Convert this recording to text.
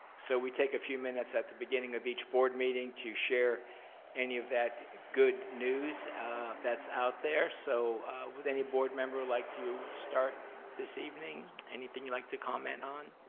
so we take a few minutes at the beginning of each board meeting to share any of that good news that's out there so would any board member like to start this evening, anything you like to comment on?